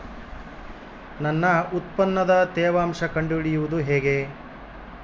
ನನ್ನ ಉತ್ಪನ್ನದ ತೇವಾಂಶ ಕಂಡು ಹಿಡಿಯುವುದು ಹೇಗೆ?